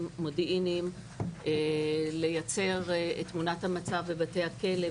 מודיעיניים לייצר את תמונת המצב בבתי הכלא.